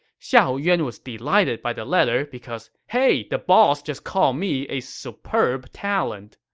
xiahou yuan was delighted by the letter because, hey, the boss just called me a superb talent.